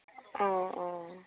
অঁ অঁ